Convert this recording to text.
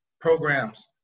programs